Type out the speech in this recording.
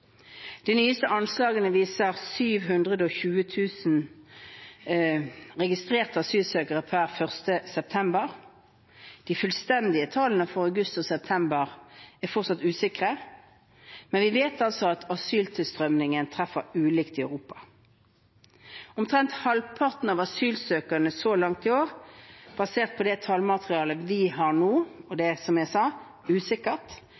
De nyeste anslagene viser 720 000 registrerte asylsøkere per 1. september. De fullstendige tallene for august og september er fortsatt usikre. Men vi vet at asyltilstrømningen treffer ulikt i Europa: Omtrent halvparten av asylsøknadene så langt i år, basert på det tallmaterialet vi nå har – og det er som jeg sa, usikkert